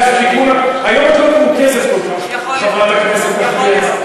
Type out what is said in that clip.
היום את לא מרוכזת כל כך, חברת הכנסת נחמיאס.